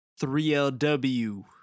3lw